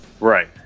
Right